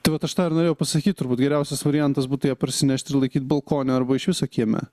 tai vat aš tą ir norėjau pasakyt turbūt geriausias variantas būtų ją parsinešt ir laikyt balkone arba iš viso kieme